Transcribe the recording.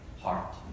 heart